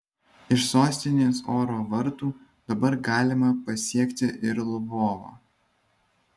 iš sostinės oro vartų dabar galima pasiekti ir lvovą